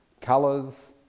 colors